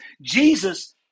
Jesus